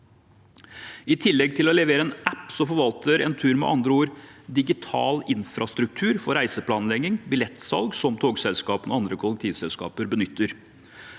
I tillegg til å levere en app, forvalter Entur med andre ord digital infrastruktur for reiseplanlegging og billettsalg som togselskapene og andre kollektivselskaper benytter.